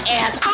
ass